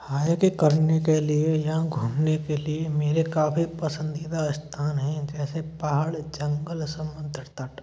hike करने के लिए या घूमने के लिए मेरे काफ़ी पसंदीदा स्थान हैं जैसे पहाड़ जंगल समुद्र तट